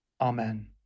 Amen